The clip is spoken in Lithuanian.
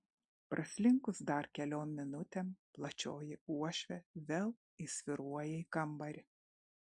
praslinkus dar keliom minutėm plačioji uošvė vėl įsvyruoja į kambarį